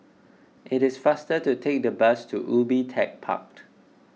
it is faster to take the bus to Ubi Tech Park